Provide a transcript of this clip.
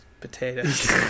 Potatoes